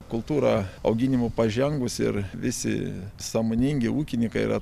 kultūra auginimo pažengus ir visi sąmoningi ūkininkai yra